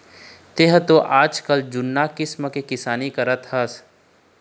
तेंहा तो आजले जुन्ना किसम के किसानी करत हस